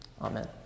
Amen